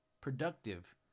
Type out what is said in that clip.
productive